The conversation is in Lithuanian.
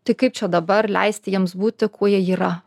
tai kaip čia dabar leisti jiems būti kuo jie yra